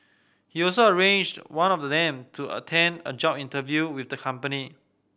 he also arranged one of them to attend a job interview with the company